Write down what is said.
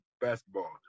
basketball